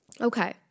Okay